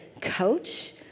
Coach